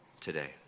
today